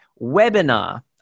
webinar